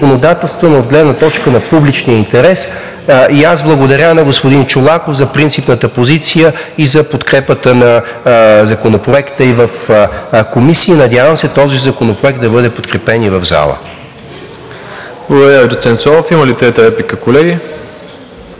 от гледна точка на публичния интерес и аз благодаря на господин Чолаков за принципната позиция и за подкрепата на Законопроекта и в Комисията. Надявам се този законопроект да бъде подкрепен и в залата. ПРЕДСЕДАТЕЛ МИРОСЛАВ ИВАНОВ: Благодаря Ви, доцент Славов. Има ли трета реплика, колеги?